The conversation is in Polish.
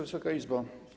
Wysoka Izbo!